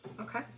Okay